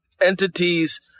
entities